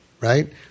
right